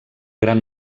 gran